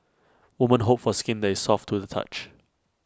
woman hope for skin that is soft to the touch